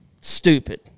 stupid